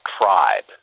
tribe